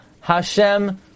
Hashem